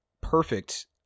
perfect